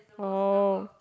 oh